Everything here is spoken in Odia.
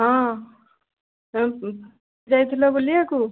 ହଁ ଯାଇଥିଲ ବୁଲିବାକୁ